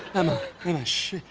emma, i mean shh.